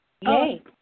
Yay